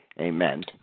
Amen